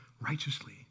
righteously